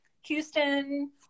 Houston